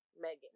Megan